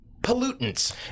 pollutants